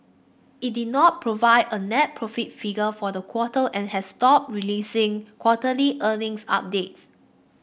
it did not provide a net profit figure for the quarter and has stopped releasing quarterly earnings updates